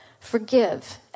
forgive